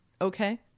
Okay